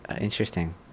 Interesting